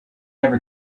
ever